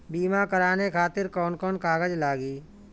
बीमा कराने खातिर कौन कौन कागज लागी?